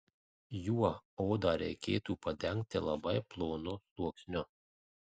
juo odą reikėtų padengti labai plonu sluoksniu